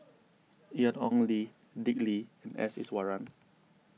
Ian Ong Li Dick Lee and S Iswaran